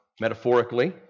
metaphorically